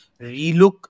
relook